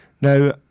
Now